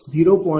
752 0